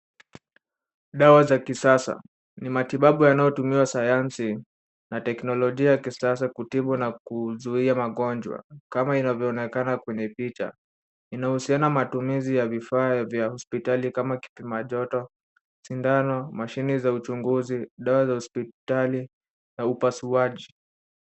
Dawa za kisasa, ni matibabu yanayotumia sayansi na teknololija ya kisasa kutibu na kuzuia magonjwa kama inavyoonekana kwenye picha. Inahusiana matumizi ya vifaa vya hospitali kama kipima joto, shindano, mashine za uchunguzi, dawa za hospitali na upasuaji.